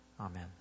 Amen